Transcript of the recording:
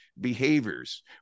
behaviors